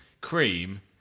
cream